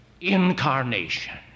incarnation